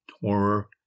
horror